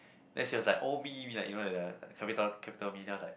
then she was like oh me me like you know like that capital capital me then I was like